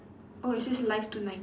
oh it says live tonight